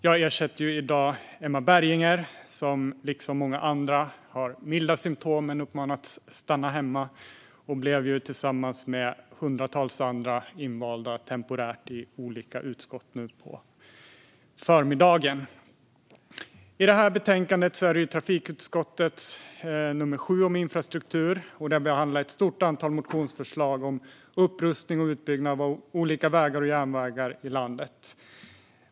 Jag ersätter i dag Emma Berginger som, liksom många andra, har milda symtom men uppmanats att stanna hemma. Hon blev tillsammans med hundratals andra temporärt invald i olika utskott nu på förmiddagen. Nu handlar det om trafikutskottets betänkande nr 7 om infrastruktur. Det behandlar ett stort antal motionsförslag om upprustning och utbyggnad av olika vägar och järnvägar i landet.